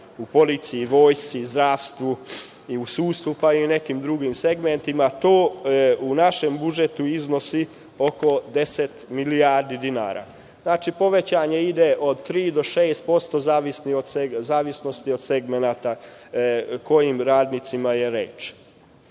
u policiji, vojsci, zdravstvu i u sudstvu, pa i u nekim drugim segmentima. To u našem budžetu iznosi oko 10 milijardi dinara. Znači, povećanje ide od 3% do 6%, zavisnosti od segmenta o kojim radnicima je reč.